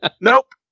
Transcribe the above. nope